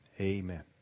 Amen